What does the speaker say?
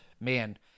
man